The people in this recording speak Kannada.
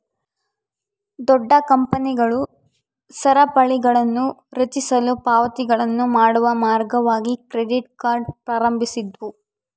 ದೊಡ್ಡ ಕಂಪನಿಗಳು ಸರಪಳಿಗಳನ್ನುರಚಿಸಲು ಪಾವತಿಗಳನ್ನು ಮಾಡುವ ಮಾರ್ಗವಾಗಿ ಕ್ರೆಡಿಟ್ ಕಾರ್ಡ್ ಪ್ರಾರಂಭಿಸಿದ್ವು